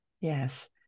Yes